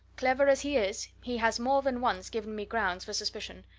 clever as he is, he has more than once given me grounds for suspicion.